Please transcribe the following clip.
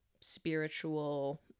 spiritual